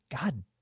God